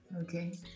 okay